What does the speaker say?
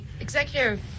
Executive